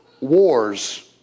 Wars